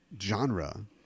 genre